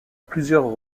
plusieurs